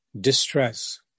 distress